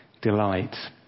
delight